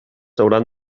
hauran